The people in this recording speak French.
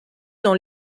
dans